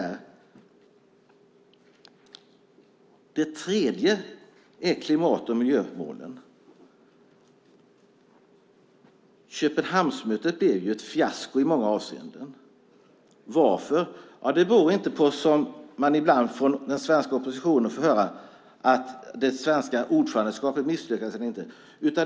En annan sak är klimat och miljömålen. Köpenhamnsmötet blev i många avseenden ett fiasko. Varför? Det beror inte på det som man ibland får höra från den svenska oppositionen, det vill säga om det svenska ordförandeskapet misslyckades eller inte.